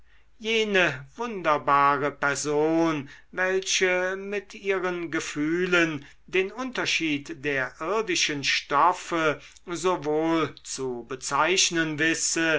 jene wunderbare person welche mit ihren gefühlen den unterschied der irdischen stoffe so wohl zu bezeichnen wisse